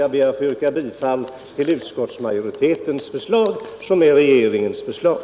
Jag ber att få yrka bifall till utskottsmajoritetens förslag, som är regeringens förslag.